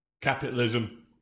Capitalism